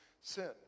sin